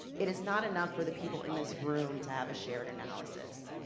it is not enough for the people in this room to have a shared analysis.